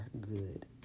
good